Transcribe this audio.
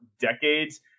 decades